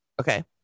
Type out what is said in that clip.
Okay